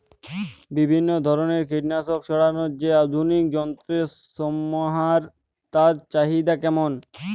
বিভিন্ন ধরনের কীটনাশক ছড়ানোর যে আধুনিক যন্ত্রের সমাহার তার চাহিদা কেমন?